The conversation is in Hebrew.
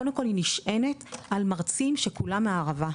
קודם כל היא נשענת על מרצים שכולם מהערבה,